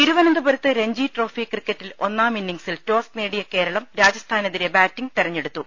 തിരുവനന്തപുരത്ത് രഞ്ജി ട്രോഫി ക്രിക്കറ്റിൽ ഒന്നാം ഇന്നിംഗ്സിൽ ടോസ് നേടിയ കേരളം രാജസ്ഥാനെതിരെ ബാറ്റിംഗ് തെരഞ്ഞെടുത്തു